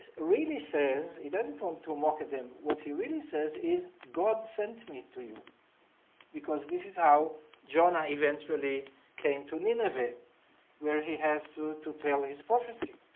really says he doesn't want to mock them what he really says is god sent me to you because this is how jonah eventually came to nineveh where he has to to tell his prophecy.